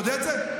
אתה יודע את זה?